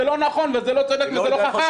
זה לא נכון, זה לא צודק וזה לא חכם.